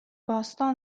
باستان